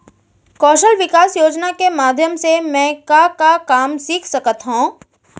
कौशल विकास योजना के माधयम से मैं का का काम सीख सकत हव?